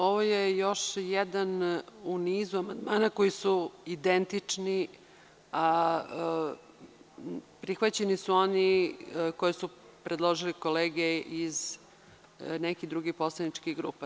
Ovo je još jedan u nizu amandmana koji su identični, a prihvaćeni su oni koje su predložili kolege iz nekih drugih poslaničkih grupa.